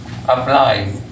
apply